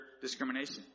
discrimination